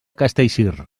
castellcir